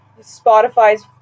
Spotify's